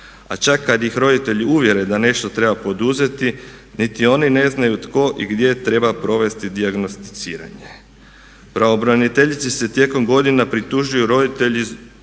a čak i kad ih roditelji uvjere da nešto treba poduzeti niti oni ne znaju tko i gdje treba provesti dijagnosticiranje. Pravobraniteljici se tijekom godina pritužuju roditelji